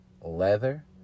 Leather